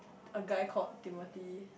a guy called Timothy